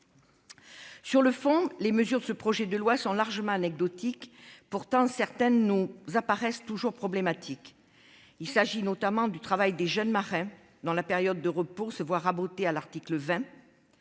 Sur le fond, les mesures de ce projet de loi sont largement anecdotiques. Pourtant, certaines nous apparaissent toujours problématiques. Il s'agit notamment du travail des jeunes marins, dont la période de repos se voit rabotée à l'article 20.